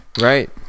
right